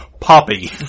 Poppy